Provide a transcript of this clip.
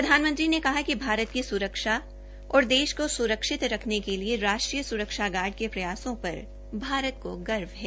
प्रधानमंत्री ने कहा कि भारत की सुरक्षा और देश को सुरक्षित रखने के लिए राष्ट्रीय सुरक्षा गार्ड के प्रयासों पर भारत की गई है